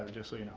just so you know.